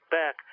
back